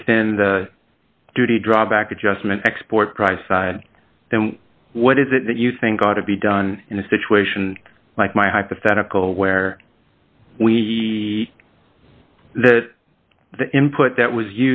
within the duty drawback adjustment export price then what is it that you think ought to be done in a situation like my hypothetical where we the input that was